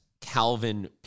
Calvin